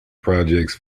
projects